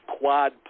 Quad